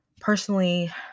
personally